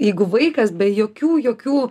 jeigu vaikas be jokių jokių